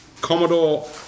Commodore